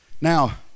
Now